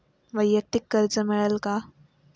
वैयक्तिक कर्ज मिळेल का?